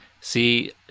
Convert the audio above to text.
See